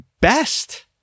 best